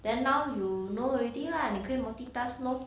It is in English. then now you know already lah 你可以 multitask lor